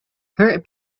her